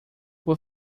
por